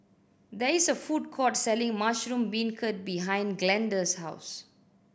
there is a food court selling mushroom beancurd behind Glenda's house